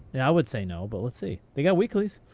yeah would say no, but let's see. they get weeklies.